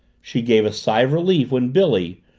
she gave a sigh of relief when billy,